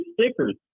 stickers